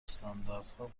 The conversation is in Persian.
استانداردها